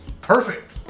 Perfect